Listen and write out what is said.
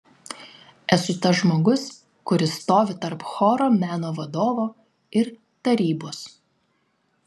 esu tas žmogus kuris stovi tarp choro meno vadovo ir tarybos